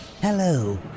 Hello